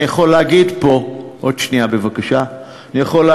אני יכול להגיד פה, מי שלא שילם?